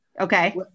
Okay